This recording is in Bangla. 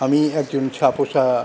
আমি একজন ছাপোষা